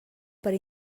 per